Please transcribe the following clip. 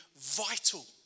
vital